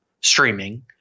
streaming